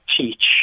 teach